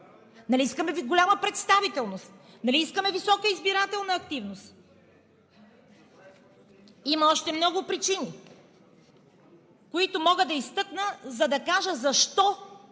Нали искаме голяма представителност, нали искаме висока избирателна активност?! Има още много причини, които мога да изтъкна, за да кажа защо